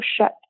shut